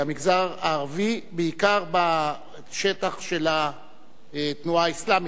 המגזר הערבי, בעיקר בשטח של התנועה האסלאמית,